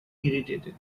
irritated